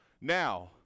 Now